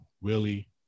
Willie